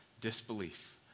disbelief